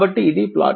కాబట్టి ఇది ప్లాట్